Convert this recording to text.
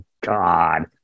God